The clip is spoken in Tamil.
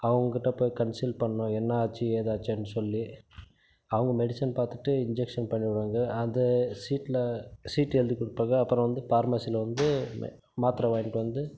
அவங்க கிட்ட போயி கன்செல் பண்ணணும் என்ன ஆச்சு ஏதாச்சு அப்படின்னு சொல்லி அவங்க மெடிஷன் பார்த்துட்டு இன்ஜெக்ஷன் பண்ணி விடுவாங்க அந்த சீட்டில் சீட் எழுதி கொடுப்பாங்க அப்புறம் வந்து பார்மஸியில் வந்து மாத்திரை வாங்கிட்டு வந்து